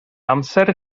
amser